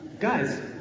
Guys